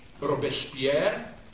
Robespierre